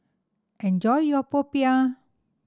enjoy your popiah